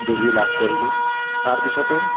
degree লাভ কৰিলোঁ তাৰপিছতে